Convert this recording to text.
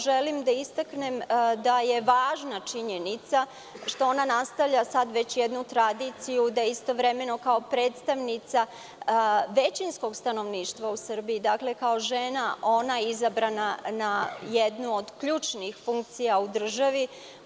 Želim da istaknem da je važna činjenica što ona sada nastavlja već jednu tradiciju da istovremeno kao predstavnica većinskog stanovništva u Srbiji, kao žena da je izabrana na jednu od ključnih funkcija u državi.